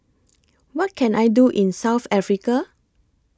What Can I Do in South Africa